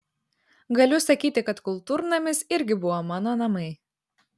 galiu sakyti kad kultūrnamis irgi buvo mano namai